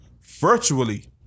virtually